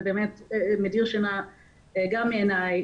זה באמת מדיר שינה גם מעיניי,